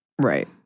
Right